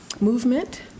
movement